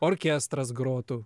orkestras grotų